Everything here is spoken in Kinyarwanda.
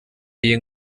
iyi